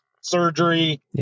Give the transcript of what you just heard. surgery